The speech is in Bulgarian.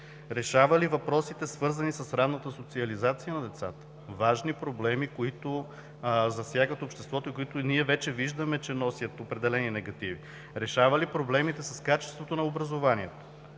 Решава ли въпросите, свързани с ранната социализация на децата – важни проблеми, които засягат обществото и които ние вече виждаме, че носят определени негативи? Решава ли проблемите с качеството на образованието?